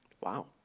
Wow